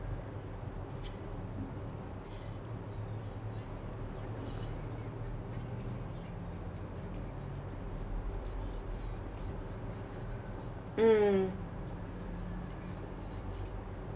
mm